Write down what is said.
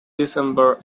december